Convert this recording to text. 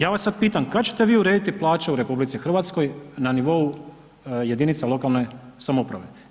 Ja vas sad pitam kad ćete vi urediti plaće u RH na nivou jedinica lokalne samouprave?